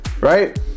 right